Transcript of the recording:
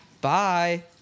Bye